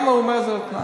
גם אם אומר את זה על-תנאי.